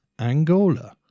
Angola